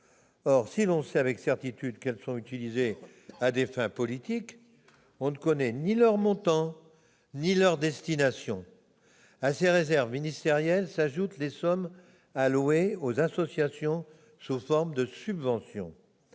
Or, si l'on sait avec certitude que ces dernières sont utilisées à des fins politiques, on ne connaît ni leur montant ni leur destination. En outre, à ces réserves ministérielles s'ajoutent les sommes allouées aux associations sous forme de subventions